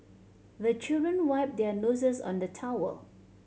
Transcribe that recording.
the children wipe their noses on the towel